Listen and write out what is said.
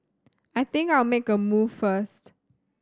I think I'll make a move first